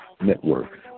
network